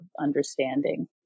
understanding